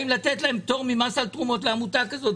לתת להם פטור ממס על תרומות לעמותה כזאת.